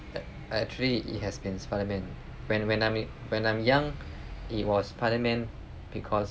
uh actually it has been spiderman when when I'm when I'm young it was spiderman because